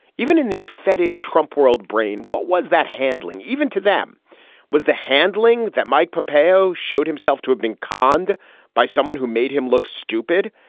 even in the fetid trump world brain, what was that handling even to them was the handling that mike pompeo showed himself to have been conned by someone who made him look stupid?